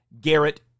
Garrett